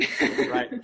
Right